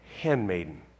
handmaiden